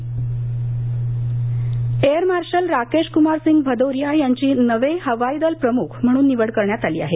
नवे हवाई दल प्रमख एअर मार्शल राकेश कुमार सिंग भदौरिया यांची नवे हवाई दल प्रमुख म्हणून निवड करण्यात आली आहे